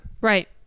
right